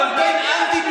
קמפיין אנטי,